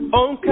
on